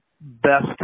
best